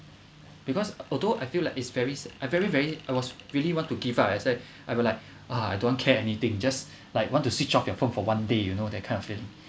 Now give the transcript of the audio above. because although I feel like it's very it's a very very I was really want to give up as I I will like don't care anything just like want to switch off your phone for one day you know that kind of feeling